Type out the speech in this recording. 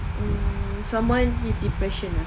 mm someone with depression ah